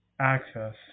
access